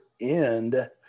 end